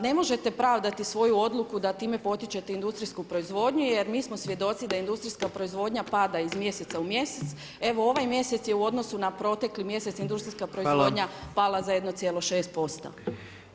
Ne možete pravdati svoju odluku da time potičete industrijsku proizvodnju jer mi smo svjedoci da industrijska proizvodnja pada iz mjeseca u mjesec, evo ovaj mjesec je u odnosu na protekli mjesec industrijska proizvodnja [[Upadica: Hvala.]] pala za 1,6% posto.